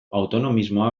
autonomismoa